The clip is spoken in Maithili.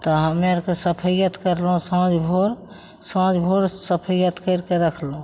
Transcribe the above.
तऽ हमे आओरके सफैअत करलहुँ साँझ भोर साँझ भोर सफैअत करिके राखलहुँ